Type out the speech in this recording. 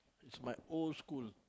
is my old school